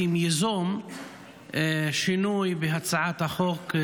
נכון, את בהחלט צועקת.